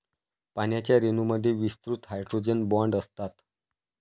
पाण्याच्या रेणूंमध्ये विस्तृत हायड्रोजन बॉण्ड असतात